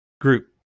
Group